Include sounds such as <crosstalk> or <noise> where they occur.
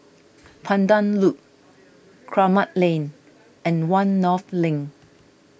Pandan Loop <noise> Kramat Lane and one North Link